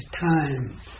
time